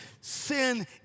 Sin